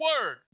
word